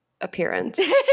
appearance